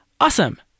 awesome